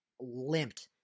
limped